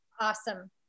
Awesome